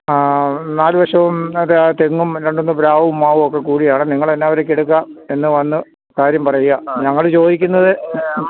നാലുവശവും അതെ തെങ്ങും രണ്ടുമൂന്ന് പ്ലാവും മാവുമൊക്കെക്കൂടിയാണ് നിങ്ങള് എന്തു വിലയ്ക്കെടുക്കാമെന്ന് വന്ന് കാര്യം പറയുക ഞങ്ങള് ചോദിക്കുന്നത്